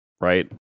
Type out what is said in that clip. Right